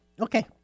Okay